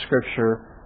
Scripture